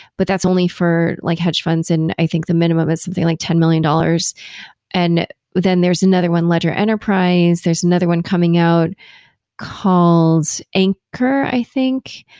but that's only for like hedge funds and i think the minimum is something like ten million dollars and then there's another one ledger enterprise. there's another one coming out called anchor, i think,